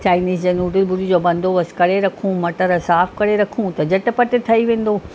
Chinese जे noodle वूडल जो बंदोबस्तु करे रखूं मटर साफ़ करे रखूं त झटिपटि ठही वेंदो